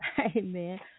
Amen